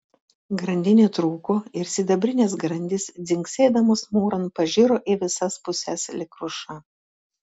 grandinė trūko ir sidabrinės grandys dzingsėdamos mūran pažiro į visas puses lyg kruša